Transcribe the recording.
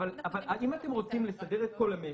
אם אתם רוצים לסדר את כל המשק,